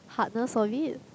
hardness of it